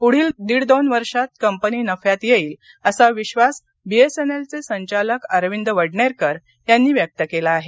पुढील दीड दोन वर्षात कंपनी नफ्यात येईल असा विश्वास बीएसएनएल चे संचालक अरविंद वडनेरकर यांनी व्यक्त केला आहे